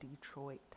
Detroit